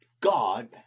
God